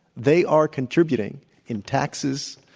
they are contributing in taxes,